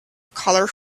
color